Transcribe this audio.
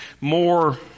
more